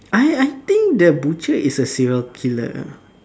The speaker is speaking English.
I I think the butcher is a serial killer